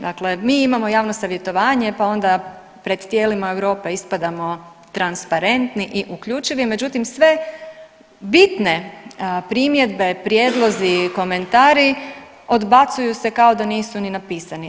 Dakle, mi imamo javno savjetovanje pa onda pred tijelima Europe ispadamo transparentni i uključivi, međutim sve bitne primjedbe, prijedlozi, komentari odbacuju se kao da nisu ni napisani.